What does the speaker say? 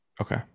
okay